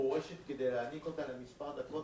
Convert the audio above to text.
פורשת כדי להניק אותה למספר דקות,